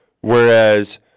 Whereas